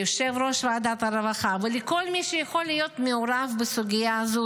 ליושב-ראש ועדת הרווחה ולכל מי שיכול להיות מעורב בסוגיה הזו,